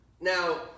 Now